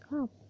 up